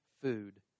food